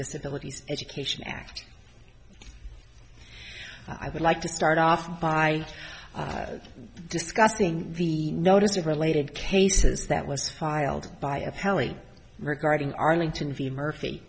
disabilities education act i would like to start off by discussing the notice of related cases that was filed by of helli regarding arlington v murphy